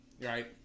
right